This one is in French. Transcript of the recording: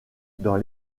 dans